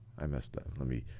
i messed up. let me,